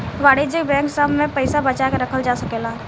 वाणिज्यिक बैंक सभ में पइसा बचा के रखल जा सकेला